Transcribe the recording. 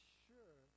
sure